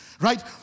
right